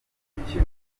w’imikino